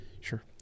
Sure